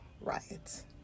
riots